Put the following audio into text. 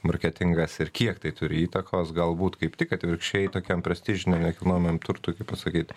marketingas ir kiek tai turi įtakos galbūt kaip tik atvirkščiai tokiam prestižiniam nekilnojamajam turtui kaip pasakyt